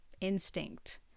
instinct